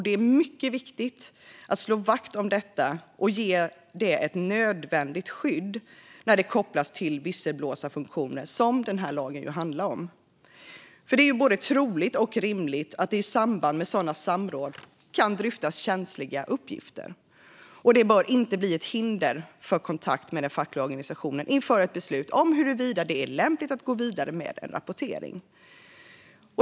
Det är mycket viktigt att slå vakt om detta och ge det ett nödvändigt skydd när det kopplas till visselblåsarfunktioner, som den här lagen handlar om. Det är både troligt och rimligt att det i samband med sådana samråd kan dryftas känsliga uppgifter. Det bör inte bli ett hinder för kontakt med den fackliga organisationen inför ett beslut om huruvida det är lämpligt att gå vidare med rapportering.